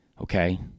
Okay